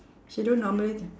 she don't normally